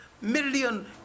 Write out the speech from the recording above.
million